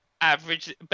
average